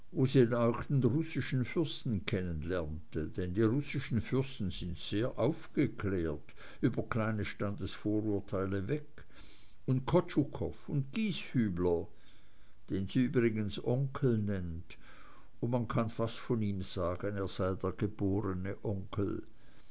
russischen fürsten kennenlernte denn die russischen fürsten sind sehr aufgeklärt über kleine standesvorurteile weg und kotschukoff und gieshübler den sie übrigens onkel nennt und man kann fast von ihm sagen er sei der geborene onkel